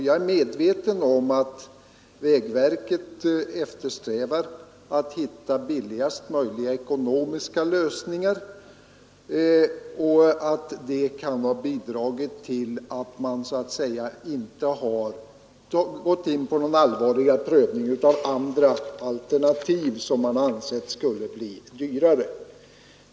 Jag är medveten om att vägverket eftersträvar att hitta billigaste möjliga lösningar. Det kan ha bidragit till att man så att säga inte har gått in på någon allvarligare prövning av andra alternativ som man ansett skulle bli dyrare.